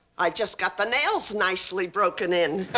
i just got the nails nicely broken in.